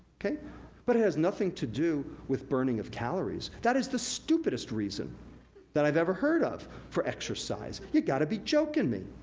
but it has nothing to do with burning of calories. that is the stupidest reason that i've every heard of for exercise. you gotta be joking me.